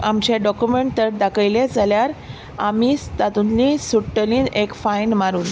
आमचे डॉक्युमॅण्ट तर दाखयले जाल्यार आमी तातूंतलीं सुट्टलीं एक फायन मारून